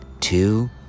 Two